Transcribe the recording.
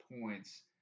points